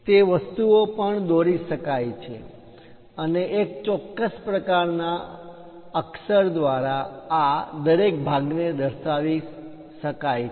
તે વસ્તુઓ પણ દોરી શકાય છે અને એક ચોક્કસ પ્રકારના અક્ષર દ્વારા આ દરેક ભાગને દર્શાવી શકાય છે